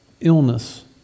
Illness